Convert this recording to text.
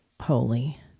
holy